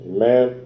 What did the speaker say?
Amen